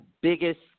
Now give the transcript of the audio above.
biggest